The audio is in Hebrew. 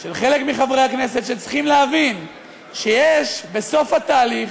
של חלק מחברי הכנסת שצריכים להבין שבסוף התהליך,